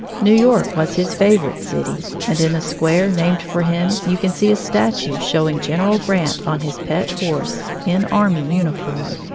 new york was his favorite city, and in a square named for him you can see a statue showing general grant on his pet horse, in army uniform.